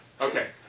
Okay